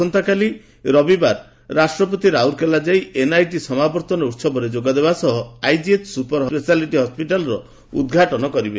ଆସନ୍ତାକାଲି ରବିବାର ରାଷ୍ଟପତି ରାଉରକେଲା ଯାଇ ଏନ୍ଆଇଟିର ସମାବର୍ତ୍ତନ ଉହବରେ ଯୋଗଦେବା ସହ ଆଇଜିଏଚ୍ର ସ୍ବୁପର ସ୍ବେଶାଲିଟି ହସ୍ପିଟାଲର ଉଦ୍ଘାଟନ କରିବେ